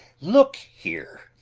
look here!